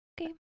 Okay